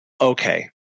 okay